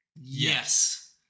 Yes